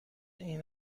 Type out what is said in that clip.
این